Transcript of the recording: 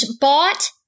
bought